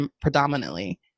predominantly